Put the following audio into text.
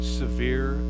severe